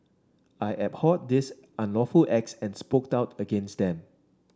I abhorred these unlawful acts and spoke doubt against them